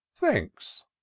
Thanks